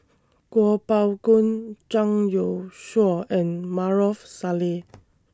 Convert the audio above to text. Kuo Pao Kun Zhang Youshuo and Maarof Salleh